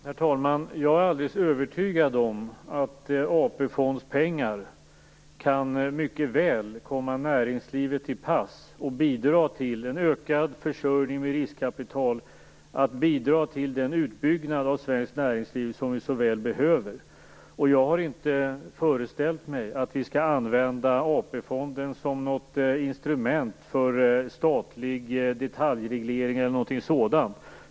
Herr talman! Jag är alldeles övertygad om att AP fondspengar mycket väl kan komma näringslivet till godo och bidra till en ökad försörjning med riskkapital och därigenom bidra till den utbyggnad av Sveriges näringsliv som vi så väl behöver. Jag har inte föreställt mig att vi skall använda AP-fonden som något instrument för statlig detaljreglering.